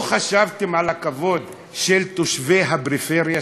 לא חשבתם על הכבוד של תושבי הפריפריה,